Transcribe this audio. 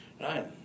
right